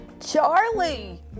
charlie